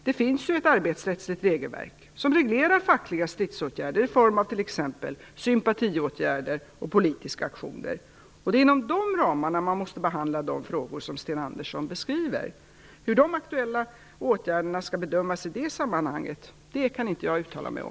Det finns ett arbetsrättsligt regelverk som reglerar fackliga stridsåtgärder i form av t.ex. sympatiåtgärder och politiska aktioner. Det är inom de ramarna man måste behandla de frågor som Sten Andersson beskriver. Hur de aktuella åtgärderna skall bedömas i det sammanhanget kan inte jag uttala mig om.